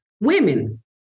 Women